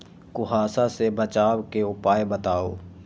कुहासा से बचाव के उपाय बताऊ?